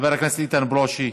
חבר הכנסת איתן ברושי,